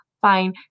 fine